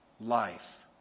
life